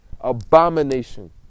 abomination